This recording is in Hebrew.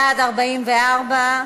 בעד, 44,